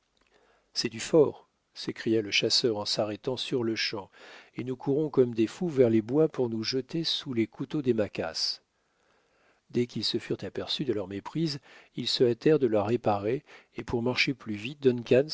c'est du fort s'écria le chasseur en s'arrêtant sur-lechamp et nous courons comme des fous vers les bois pour nous jeter sous les couteaux des maquas dès qu'ils se furent aperçus de leur méprise ils se hâtèrent de la réparer et pour marcher plus vite